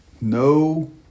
no